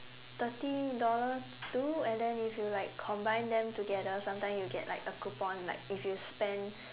thirty dollars too and then if you like combine them together sometimes you get like a coupon like if you spend